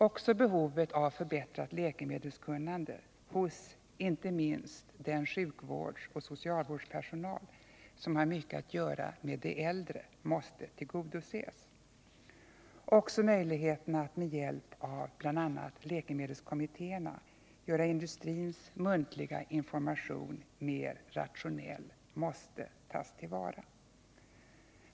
Också behovet av förbättrat läkemedelskunnande hos inte minst den sjukvårdsoch socialvårdspersonal som har mycket att göra med de äldre måste tillgodoses. Också möjligheterna att med hjälp av bl.a. läkemedelskommittéerna göra industrins muntliga information mer rationell måste tas till vara.